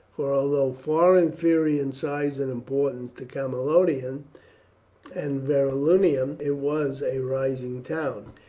for, although far inferior in size and importance to camalodunum and verulamium, it was a rising town,